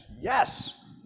Yes